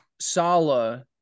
Salah